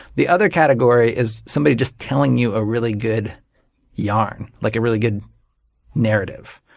the other category is somebody just telling you a really good yarn, like a really good narrative.